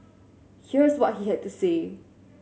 here's what he had to say